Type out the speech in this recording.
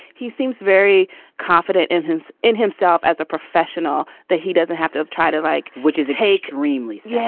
he seems very confident in his in himself as a professional that he doesn't have to try to like, which is, hey, grimley says,